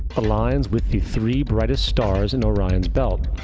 aligns with the three brightest stars in orion's belt.